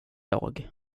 dag